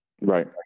Right